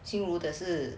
xin ru 的是